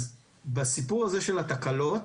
אז בסיפור של התקלות,